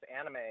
anime